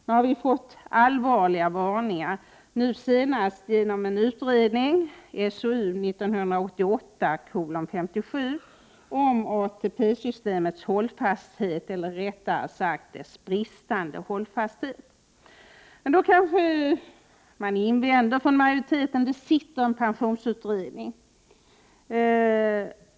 Nu har vi fått allvarliga varningar, bl.a. nu senast genom utredningen SOU 1988:57 om pensionssystemets stabilitet, eller rättare sagt dess bristande stabilitet. Men då kommer man kanske från majoritetens sida att invända att det redan finns en pensionsberedning.